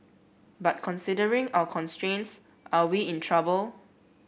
but considering our constraints are we in trouble